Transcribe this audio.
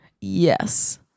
Yes